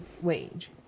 wage